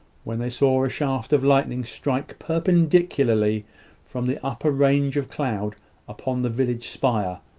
when they saw a shaft of lightning strike perpendicularly from the upper range of cloud upon the village spire,